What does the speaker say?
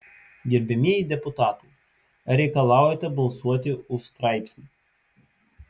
gerbiamieji deputatai ar reikalaujate balsuoti už straipsnį